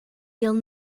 ele